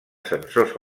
sensors